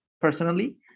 personally